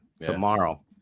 tomorrow